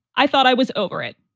i thought i was over it.